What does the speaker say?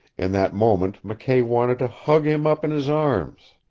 in that moment mckay wanted to hug him up in his arms.